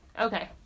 Okay